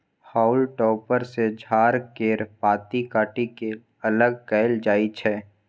हाउल topper सँ झाड़ केर पात काटि के अलग कएल जाई छै